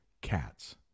cats